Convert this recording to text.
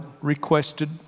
requested